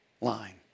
line